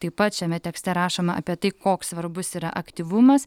taip pat šiame tekste rašoma apie tai koks svarbus yra aktyvumas